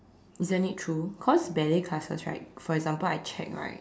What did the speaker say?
isn't it true cause ballet classes right for example I check right